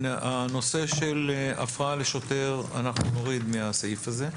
הנושא של הפרעה לשוטר, אנחנו נוריד מהסעיף הזה.